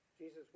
Jesus